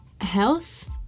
health